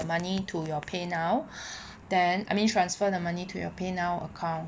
the money to your paynow then I mean transfer the money to your paynow account